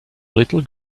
little